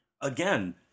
again